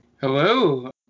Hello